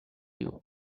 you